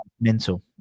mental